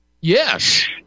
Yes